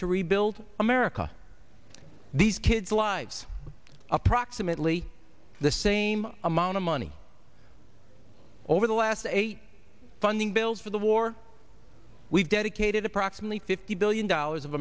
to rebuild america these kids lives approximately the same amount of money over the last eighteen funding bills for the war we've dedicated approximately fifty billion dollars of